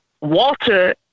Walter